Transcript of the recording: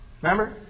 Remember